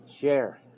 Share